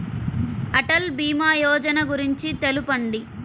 అటల్ భీమా యోజన గురించి తెలుపండి?